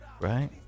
Right